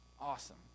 awesome